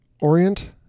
orient